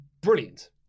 brilliant